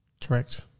Correct